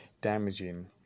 damaging